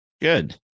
Good